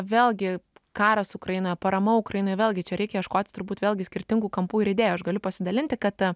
vėlgi karas ukrainoj parama ukrainai vėlgi čia reikia ieškoti turbūt vėlgi skirtingų kampų ir idėjų aš galiu pasidalinti kad